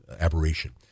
aberration